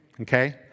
okay